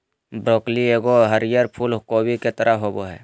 broccoli एगो हरीयर फूल कोबी के तरह होबो हइ